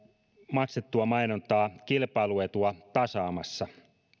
maksettua mainontaa kilpailuetua tasaamassa